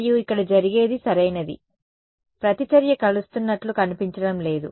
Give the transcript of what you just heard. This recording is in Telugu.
మరియు ఇక్కడ జరిగేది సరైనది ప్రతిచర్య కలుస్తున్నట్లు కనిపించడం లేదు